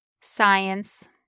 Science